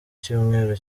cyumweru